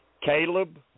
Caleb